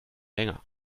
länger